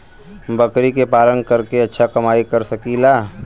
बकरी के पालन करके अच्छा कमाई कर सकीं ला?